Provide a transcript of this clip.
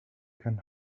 can